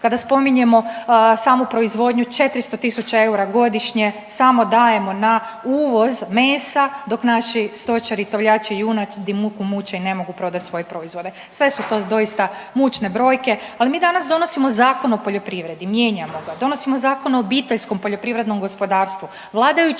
Kada spominjemo samu proizvodnju 400.000 eura godišnje samo dajemo na uvoz mesa dok naši stočari, tovljači junadi muku muče i ne mogu prodati svoje proizvode. Sve su to doista mučne brojke Ali mi danas donosimo Zakon o poljoprivredi, mijenjamo ga, donosimo Zakon o OPG-u, vladajući se zaklinju